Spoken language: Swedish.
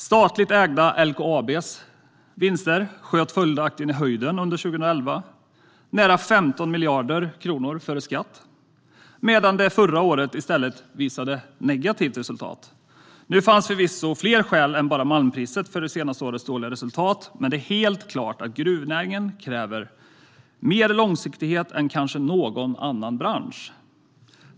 Statligt ägda LKAB:s vinster sköt följaktligen i höjden under 2011 - det var nära 15 miljarder kronor före skatt - medan man förra året i stället visade ett negativt resultat. Nu fanns det förvisso fler skäl än bara malmpriset till det senaste årets dåliga resultat, men det är helt klart att gruvnäringen kräver mer långsiktighet än kanske någon annan bransch.